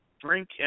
drink